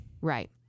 Right